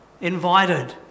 invited